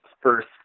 first